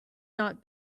not